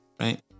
right